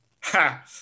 Ha